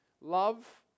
love